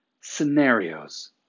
scenarios